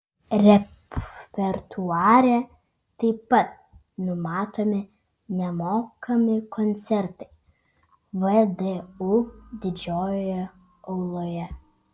repertuare taip pat numatomi nemokami koncertai vdu didžiojoje auloje